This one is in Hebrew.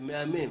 שמאמן